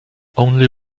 only